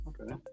okay